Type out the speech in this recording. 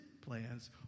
plans